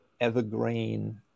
evergreen